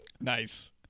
Nice